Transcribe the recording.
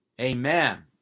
amen